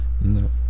No